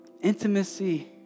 intimacy